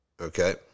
Okay